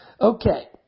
Okay